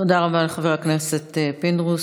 תודה רבה לחבר הכנסת פינדרוס.